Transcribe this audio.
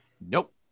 Nope